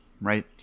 right